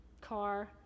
car